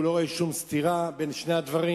והוא לא רואה שום סתירה בין שני הדברים.